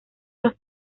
los